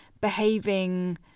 behaving